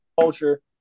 culture